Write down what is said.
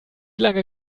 lange